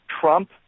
Trump